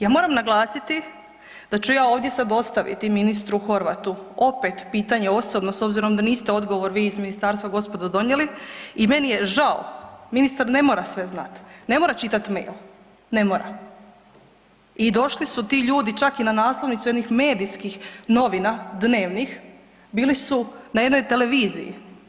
Ja moram naglasiti da ću ja ovdje sad ostaviti i ministru Horvatu opet pitanje, osobno, s obzirom da niste odgovor, vi iz ministarstva, gospodo, donijeli i meni je žao, ministar ne može sve znati, ne mora čitati mail, ne mora, i došli su ti ljudi čak i na naslovnicu jednih medijskih novina, dnevnih, bili su na jednoj televiziji.